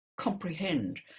comprehend